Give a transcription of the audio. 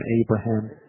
Abraham